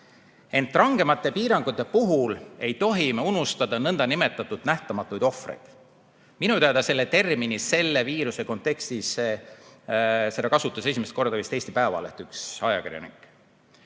Ent rangemate piirangute puhul ei tohi me unustada nn nähtamatuid ohvreid. Minu teada seda terminit selle viiruse kontekstis kasutas esimest korda vist Eesti Päevaleht, üks ajakirjanik.